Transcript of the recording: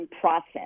process